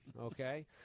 Okay